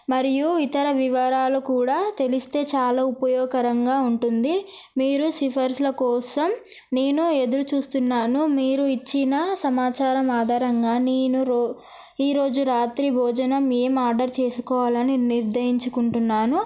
మరియు ఇతర వివరాలు కూడా తెలిస్తే చాలా ఉపయోగకరంగా ఉంటుంది మీరు సిఫర్స్ల కోసం నేను ఎదురుచూస్తున్నాను మీరు ఇచ్చిన సమాచారం ఆధారంగా నేను ఈరోజు రాత్రి భోజనం ఏం ఆర్డర్ చేసుకోవాలని నిర్ణయించుకుంటున్నాను